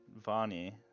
Vani